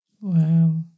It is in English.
Wow